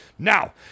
Now